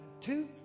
two